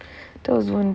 that was when